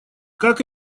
как